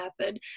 method